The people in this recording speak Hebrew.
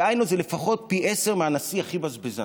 דהיינו, זה לפחות פי עשרה מהנשיא הכי בזבזן.